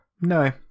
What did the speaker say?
No